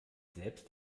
selbst